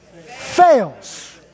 fails